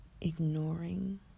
ignoring